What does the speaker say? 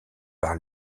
par